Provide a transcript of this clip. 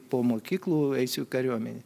po mokyklų eisiu į kariuomenę